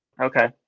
Okay